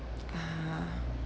ah